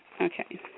Okay